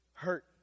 hurt